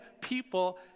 people